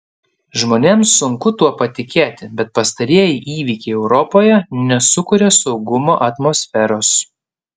žmonėms sunku tuo patikėti bet pastarieji įvykiai europoje nesukuria saugumo atmosferos